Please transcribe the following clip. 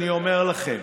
אני אומר לכם,